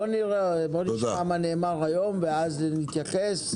בוא נשמע מה נאמר היום ואז נתייחס.